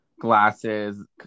glasses